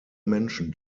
menschen